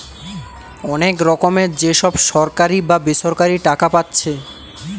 অনেক রকমের যে সব সরকারি বা বেসরকারি টাকা পাচ্ছে